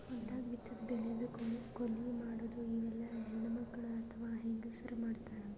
ಹೊಲ್ದಾಗ ಬಿತ್ತಾದು ಬೆಳ್ಯಾದು ಕೊಯ್ಲಿ ಮಾಡದು ಇವೆಲ್ಲ ಹೆಣ್ಣ್ಮಕ್ಕಳ್ ಅಥವಾ ಹೆಂಗಸರ್ ಮಾಡ್ತಾರ್